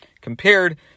compared